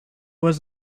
was